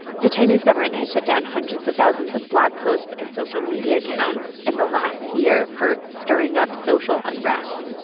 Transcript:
the chinese government has shut down hundreds of thousands of blog posts and social media accounts in the last year for stirring up social unrest.